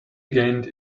gained